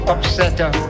Upsetter